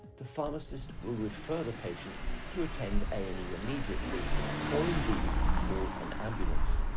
the pharmacist will refer the patient to attend a and e immediately or indeed call an ambulance.